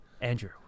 Andrew